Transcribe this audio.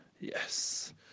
Yes